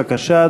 בבקשה,